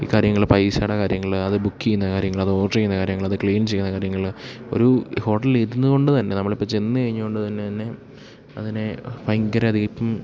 ഈ കാര്യങ്ങള് പൈസയുടെ കാര്യങ്ങള് അത് ബുക്ക് ചെയ്യുന്ന കാര്യങ്ങള് അത് ഓർഡർ ചെയ്യുന്ന കാര്യങ്ങള് അത് ക്ലീൻ ചെയ്യുന്ന കാര്യങ്ങള് ഒരു ഹോട്ടലില് ഇരുന്നുകൊണ്ട് തന്നെ നമ്മളിപ്പോള് ചെന്നുകഴിഞ്ഞ് കൊണ്ട് തന്നെ തന്നെ അതിനെ ഭയങ്കരം ഇപ്പം